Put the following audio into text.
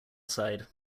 side